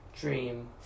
dream